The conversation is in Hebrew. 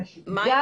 גם